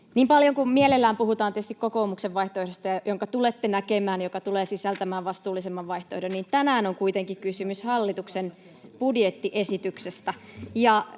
Niin paljon kuin tietysti mielellään puhutaan kokoomuksen vaihtoehdosta — jonka tulette näkemään ja joka tulee sisältämään vastuullisemman vaihtoehdon — niin tänään on kuitenkin kysymys hallituksen budjettiesityksestä.